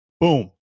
Boom